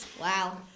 Wow